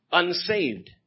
unsaved